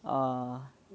oh